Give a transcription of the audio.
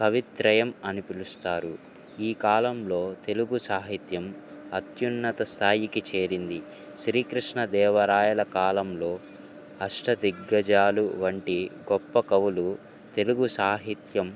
కవిత్రయం అని పిలుస్తారు ఈ కాలంలో తెలుగు సాహిత్యం అత్యున్నత స్థాయికి చేరింది శ్రీకృష్ణదేవరాయల కాలంలో అష్ట దిగ్గజాలు వంటి గొప్ప కవులు తెలుగు సాహిత్యం